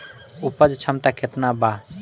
उपज क्षमता केतना वा?